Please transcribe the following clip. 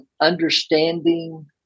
understanding